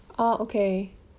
oh okay